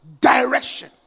Direction